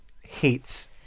hates